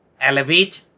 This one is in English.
Elevate